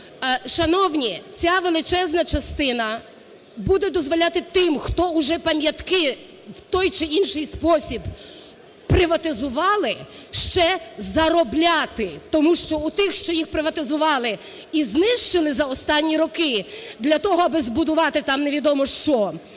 Шановні, ця величезна частина буде дозволяти тим, хто уже пам'ятки в той чи інший спосіб приватизували, ще заробляти, тому що у тих, що їх приватизували і знищили за останні роки, для того аби збудувати там невідомо що,